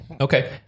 Okay